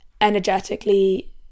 energetically